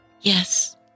Yes